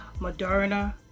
Moderna